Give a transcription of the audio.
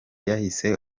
yahise